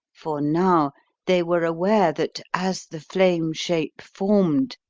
for now they were aware that as the flame-shape formed,